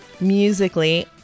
musically